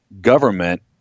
government